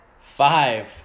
Five